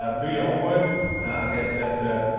um do your homework i guess that's